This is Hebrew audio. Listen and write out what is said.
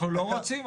אנחנו לא רוצים.